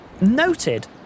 noted